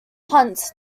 hunt